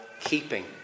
keeping